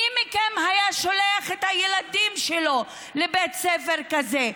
מי מכם היה שולח את הילדים שלו לבית ספר כזה?